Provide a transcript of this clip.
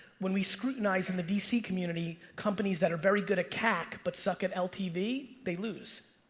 when we scrutinize in the bc community, companies that are very good at cac, but suck at ltv, they loose.